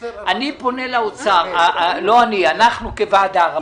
אנחנו כוועדה פונים לאוצר.